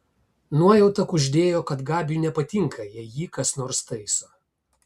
nuojauta kuždėjo kad gabiui nepatinka jei jį kas nors taiso